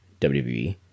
WWE